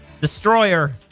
Destroyer